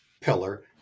pillar